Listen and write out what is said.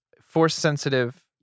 Force-sensitive